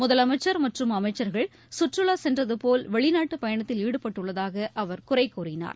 முதலமைச்சர் மற்றும் அமைச்சர்கள் சுற்றுலா சென்றது போல் வெளிநாட்டுப் பயணத்தில் ஈடுபட்டுள்ளதாக அவர் குறை கூறினார்